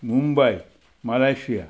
Mumbai Malaysia